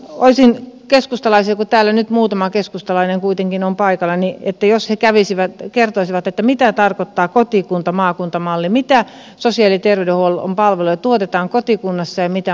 olisin keskustalaisilta pyytänyt kun täällä nyt muutama keskustalainen kuitenkin on paikalla että he kävisivät ja kertoisivat mitä tarkoittaa kotikuntamaakunta malli mitä sosiaali ja ter veydenhuollon palveluja tuotetaan kotikunnassa ja mitä mahdollisesti maakuntatasolla